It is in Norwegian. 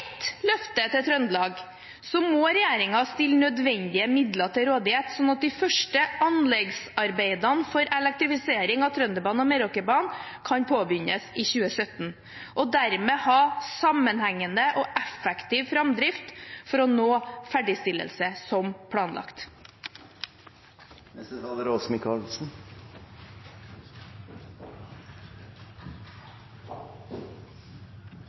ett løfte til Trøndelag, må regjeringen stille nødvendige midler til rådighet slik at de første anleggsarbeidene for elektrifisering av Trønderbanen og Meråkerbanen kan påbegynnes i 2017, og dermed ha sammenhengende og effektiv framdrift for å nå ferdigstillelse som